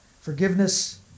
Forgiveness